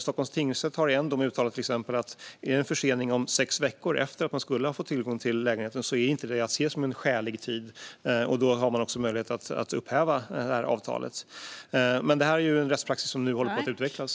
Stockholms tingsrätt har till exempel i en dom uttalat att en försening om sex veckor efter att man skulle ha fått tillgång till lägenheten inte är att se som en skälig tid, och då har man också möjlighet att upphäva avtalet. Det är en rättspraxis som nu håller på att utvecklas.